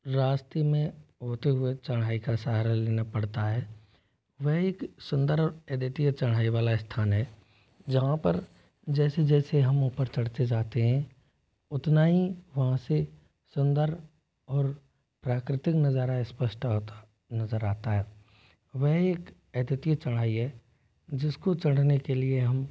रास्ते में होते हुए चढ़ाई का सहारा लेना पड़ता है वह एक सुंदर और अद्वितीय चढ़ाई वाला स्थान है जहाँ पर जैसे जैसे हम ऊपर चढ़ते जाते हैं उतना ही वहाँ से सुंदर और प्राकृतिक नज़ारा स्पष्ट आता नज़र आता है वह एक अद्वितीय चढ़ाई है जिसको चढ़ने के लिए हम